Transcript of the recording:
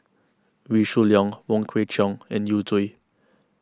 Wee Shoo Leong Wong Kwei Cheong and Yu Zhuye